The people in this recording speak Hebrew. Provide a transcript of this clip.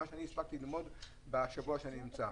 מה שאני הספקתי ללמוד בשבוע שאני נמצא.